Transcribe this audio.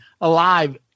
Alive